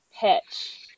pitch